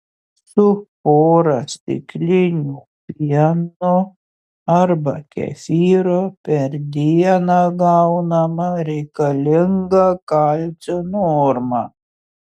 su pora stiklinių pieno arba kefyro per dieną gaunama reikalinga kalcio norma